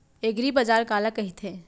एगरीबाजार काला कहिथे?